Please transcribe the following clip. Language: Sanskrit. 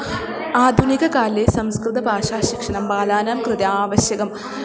आधुनिककाले संस्कृतभाषाशिक्षणं बालानां कृते आवश्यकं